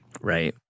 Right